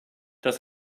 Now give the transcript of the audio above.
das